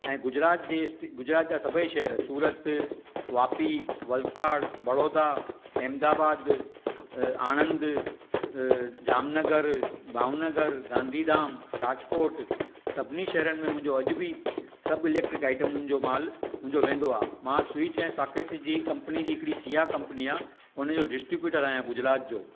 ऐं गुजरात जी गुजरात जा सभई शहरु सूरत वापी वलसाड़ बड़ोदा अहमदाबाद आणंद जामनगर भावनगर गांधीधाम राजकोट सभिनी शहरनि में मुंहिंजो अॼु बि सब इलैक्ट्रिक आइटमूनि जा माल मुंहिंजो वेंदो आहे मां स्विच ऐं सॉकेट जी कंपनी जी हिकिड़ी सीया कंपनी आहे उनजो डिस्टीब्यूटर आहियां गुजरात जो